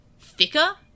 thicker